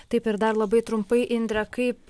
taip ir dar labai trumpai indre kaip